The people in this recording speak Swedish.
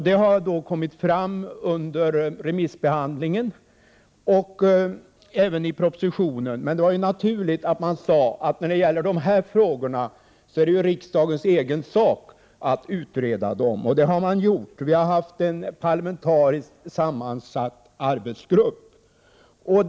Detta framkom under remissbehandlingen och även i propositionen. Det var naturligt att säga att det är riksdagens egen sak att utreda dessa frågor. Det har också gjorts. En parlamentariskt sammansatt arbetsgrupp har utrett frågorna.